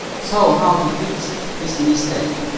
so how to fix this mistake